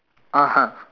(uh huh)